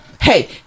Hey